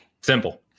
Simple